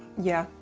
yeah,